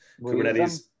Kubernetes